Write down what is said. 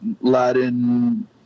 Latin